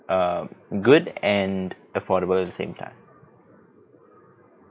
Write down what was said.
err good and affordable at the same time